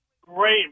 Great